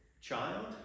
child